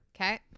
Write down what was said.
okay